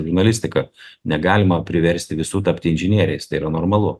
žurnalistika negalima priversti visų tapti inžinieriais tai yra normalu